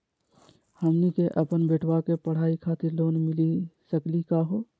हमनी के अपन बेटवा के पढाई खातीर लोन मिली सकली का हो?